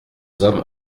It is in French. hommes